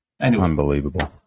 Unbelievable